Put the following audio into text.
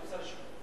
גם שר השיכון.